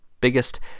biggest